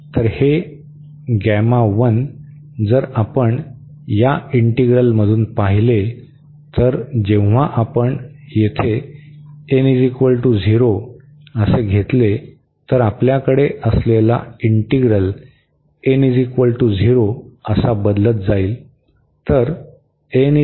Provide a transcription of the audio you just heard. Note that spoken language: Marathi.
तर हे जर आपण या इंटीग्रलमधून पाहिले तर जेव्हा आपण तिथे n 0 घेतल्यास आपल्याकडे असलेला इंटीग्रल n 0 बदलत जाईल